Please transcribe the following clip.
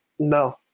No